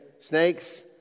Snakes